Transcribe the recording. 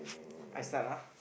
I start ah